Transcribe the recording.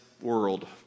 world